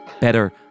better